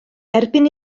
erbyn